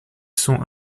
sont